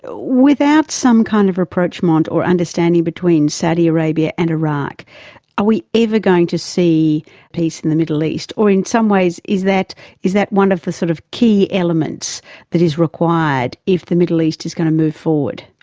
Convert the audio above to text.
without some kind of rapprochement or understanding between saudi arabia and iraq, are we ever going to see peace in the middle east, or in some ways is that is that one of the sort of key elements that is required if the middle east is going to move forward?